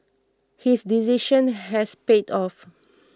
his decision has paid off